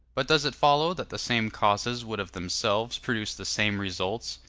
but does it follow that the same causes would of themselves produce the same results,